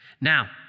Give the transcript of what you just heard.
now